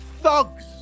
thugs